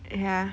ya